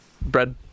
Bread